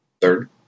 Third